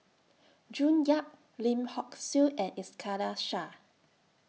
June Yap Lim Hock Siew and Iskandar Shah